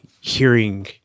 hearing